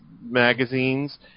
magazines